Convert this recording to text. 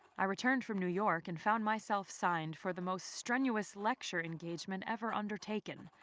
i returned from new york and found myself signed for the most strenuous lecture engagement ever undertaken.